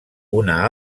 una